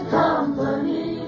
company